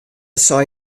sei